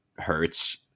hurts